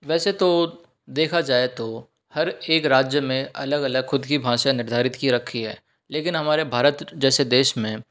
वैसे तो देखा जाए तो हर एक राज्य में अलग अलग ख़ुद की भाषा निर्धारित की रखी है लेकिन हमारे भारत जैसे देश में